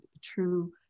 true